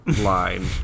line